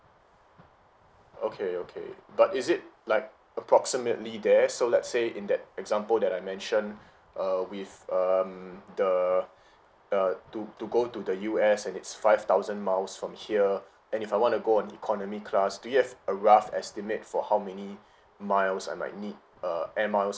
okay okay but is it like approximately there so let's say in that example that I mentioned uh with um the err to to go to the U_S and it'S five thousand miles from here and if I wanna go on economy class do you have a rough estimate for how many miles I might need uh air miles